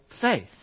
faith